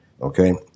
Okay